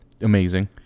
Amazing